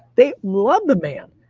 they love the man.